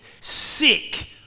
sick